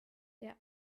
der